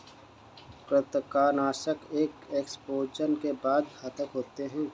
कृंतकनाशक एक एक्सपोजर के बाद घातक होते हैं